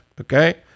okay